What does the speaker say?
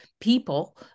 people